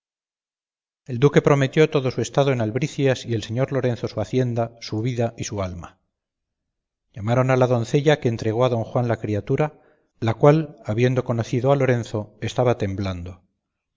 el duque prometió todo su estado en albricias y el señor lorenzo su hacienda su vida y su alma llamaron a la doncella que entregó a don juan la criatura la cual habiendo conocido a lorenzo estaba temblando